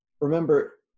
Remember